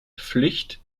pflicht